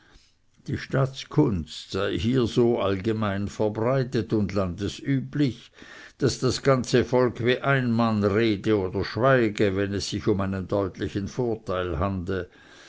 die staatskunst sei hier so allgemein verbreitet und landesüblich daß das ganze volk wie ein mann rede oder schweige wenn es sich um einen deutlichen vorteil handle